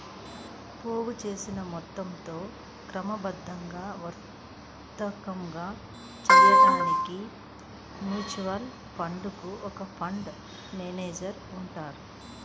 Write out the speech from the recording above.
పోగుచేసిన మొత్తంతో క్రమబద్ధంగా వర్తకం చేయడానికి మ్యూచువల్ ఫండ్ కు ఒక ఫండ్ మేనేజర్ ఉంటారు